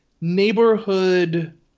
neighborhood